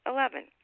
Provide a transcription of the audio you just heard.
Eleven